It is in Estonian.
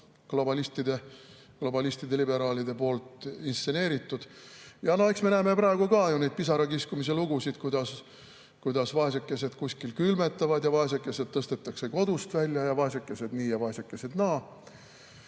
globalistide‑liberaalide poolt instseneeritud.No eks me näeme praegu ka neid pisarakiskumise lugusid, kuidas vaesekesed kuskil külmetavad, vaesekesed tõstetakse kodust välja ja vaesekesed nii ja vaesekesed naa.